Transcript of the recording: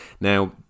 Now